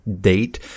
date